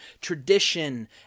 tradition